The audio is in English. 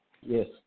Yes